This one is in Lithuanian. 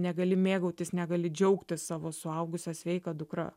negali mėgautis negali džiaugtis savo suaugusia sveika dukra